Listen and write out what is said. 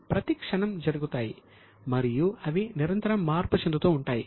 ప్రతి క్షణం జరుగుతాయి మరియు అవి నిరంతరం మార్పు చెందుతూ ఉంటాయి